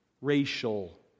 racial